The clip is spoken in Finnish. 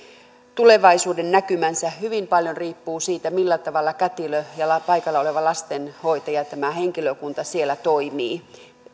tulevaisuudennäkymänsä hyvin paljon riippuvat siitä millä tavalla kätilö ja paikalla oleva lastenhoitaja toimivat tämä henkilökunta siellä